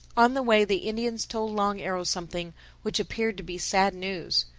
on the way the indians told long arrow something which appeared to be sad news,